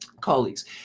Colleagues